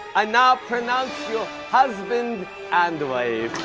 i now pronounce you husband and wife.